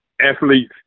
athletes